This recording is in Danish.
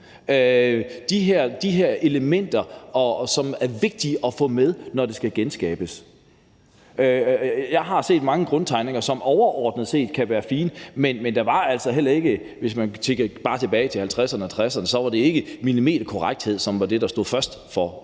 de her elementer, som er vigtige at få med, når noget skal genskabes. Jeg har set mange grundtegninger, som overordnet set kan være fine, men det var altså ikke, hvis man bare tænker tilbage til 1950'erne og 1960'erne, millimeterkorrekthed, der stod først for,